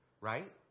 right